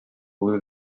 blew